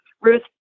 ruth